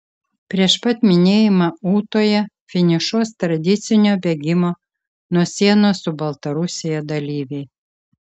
prieš pat minėjimą ūtoje finišuos tradicinio bėgimo nuo sienos su baltarusija dalyviai